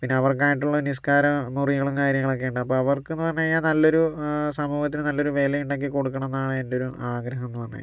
പിന്നെ അവർക്കായിട്ടുള്ള നിസ്കാരമുറികളും കാര്യങ്ങളൊക്കെ ഉണ്ട് അപ്പോൾ അവർക്കെന്നു പറഞ്ഞുകഴിഞ്ഞാൽ നല്ലൊരു സമൂഹത്തിൽ നല്ലൊരു വിലയുണ്ടാക്കി കൊടുക്കണം എന്നാണ് എൻ്റെയൊരു ആഗ്രഹം എന്ന് പറഞ്ഞു കഴിഞ്ഞാൽ